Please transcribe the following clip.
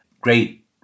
great